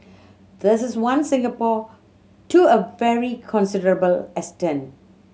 this is one Singapore to a very considerable extent